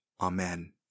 Amen